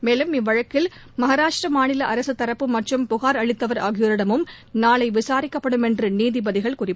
மேலும் இவ்வழக்கில் மகாராஷ்டிரா மாநில அரசு தரப்பு மற்றும் புகார் அளித்தவர் ஆகியோரிடமும் நாளை விசாரிக்கப்படும் என்று நீதிபதிகள் குறிப்பிட்டனர்